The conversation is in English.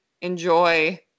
enjoy